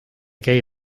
käi